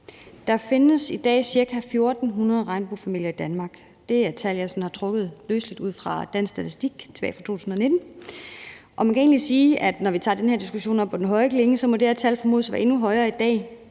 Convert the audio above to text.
Der findes i dag ca. 1.400 regnbuefamilier i Danmark; det er et tal, jeg sådan har trukket løseligt ud fra Danmarks Statistik, tilbage fra 2019. Og man kan egentlig sige, at når vi tager den her diskussion op på den store klinge, må det her tal formodes at være endnu højere i dag,